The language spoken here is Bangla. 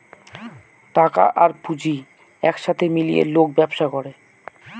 টাকা আর পুঁজি এক সাথে মিলিয়ে লোক ব্যবসা করে